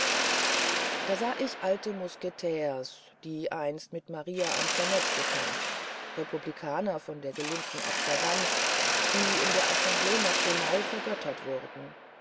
da sah ich alte mousquetaires die einst mit maria antoinette getanzt republikaner von der gelinden observanz die in der assemble nationale vergöttert wurden